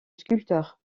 sculpteur